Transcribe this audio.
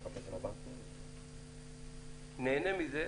נהנה מזה,